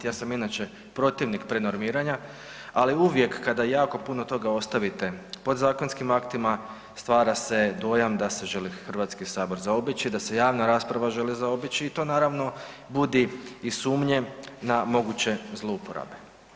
Ja sam inače protivnik prenormiranja, ali uvijek kada jako puno toga ostavite podzakonskim aktima stvara se dojam da se želi HS zaobići, da se javna rasprava želi zaobići i to naravno budi i sumnje na moguće zlouporabe.